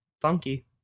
funky